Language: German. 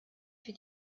für